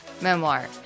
memoir